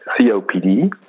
COPD